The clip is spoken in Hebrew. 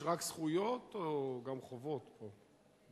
יש רק זכויות או גם חובות פה?